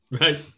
Right